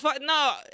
no